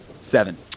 Seven